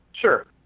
Sure